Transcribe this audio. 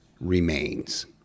remains